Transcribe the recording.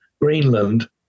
Greenland